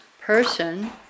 person